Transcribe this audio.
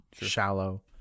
shallow